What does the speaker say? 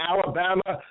Alabama